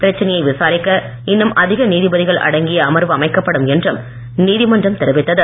பிரச்சனையை விசாரிக்க இன்னும் அதிக நீதிபதிகள் அடங்கிய அமர்வு அமைக்கப்படும் என்றும் நீதிமன்றம் தெரிவித்தது